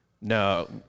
No